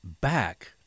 back